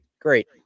great